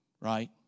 right